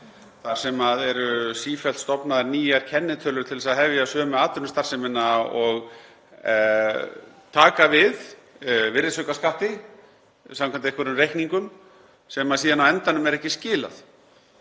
þar sem eru sífellt stofnaðar nýjar kennitölur til að hefja sömu atvinnustarfsemina og taka við virðisaukaskatti samkvæmt einhverjum reikningum sem síðan á endanum er ekki skilað.